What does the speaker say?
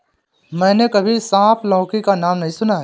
मैंने कभी सांप लौकी का नाम नहीं सुना है